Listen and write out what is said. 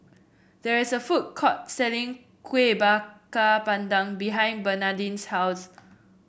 there is a food court selling Kueh Bakar Pandan behind Bernadine's house